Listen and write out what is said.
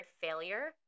failure